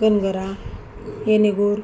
Kanagara Yenegur